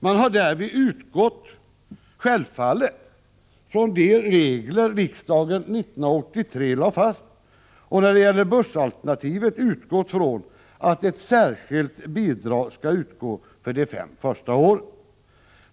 Man har därvid självfallet utgått från de 87 regler riksdagen 1983 lade fast och när det gäller bussalternativet utgått från att ett särskilt bidrag skall utgå för de första fem åren.